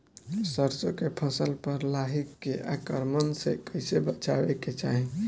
सरसो के फसल पर लाही के आक्रमण से कईसे बचावे के चाही?